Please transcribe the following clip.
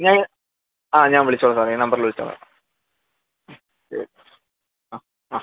ഞാൻ ആ ഞാന് വിളിച്ചോളാം സാറേ ഈ നമ്പറില് വിളിച്ചോളാം മ് ശരി ആ ആ